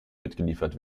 mitgeliefert